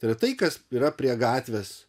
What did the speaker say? tai yra tai kas yra prie gatvės